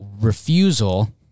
refusal